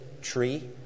tree